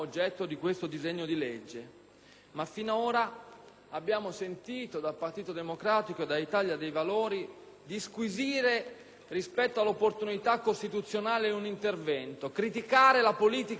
ma finora abbiamo sentito dal Partito Democratico e dall'Italia dei Valori disquisire rispetto all'opportunità costituzionale di un intervento, criticare la politica sanitaria e